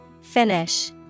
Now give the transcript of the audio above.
Finish